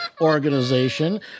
organization